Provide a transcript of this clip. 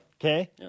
Okay